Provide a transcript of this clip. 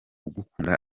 ugukunda